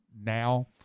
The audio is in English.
now